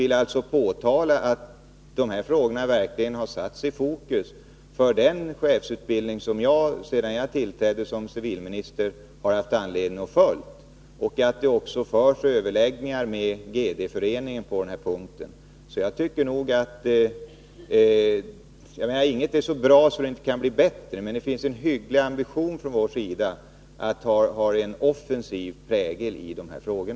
Dessa frågor har verkligen satts i fokus för den chefsutbildning som jag, sedan jag tillträdde som civilminister, haft anledning följa. Det förs också överläggningar med GD-föreningen på den här punkten. Inget är så bra att det inte kan bli bättre, men det finns en hygglig ambition från vår sida att ha en offensiv prägel på dessa frågor.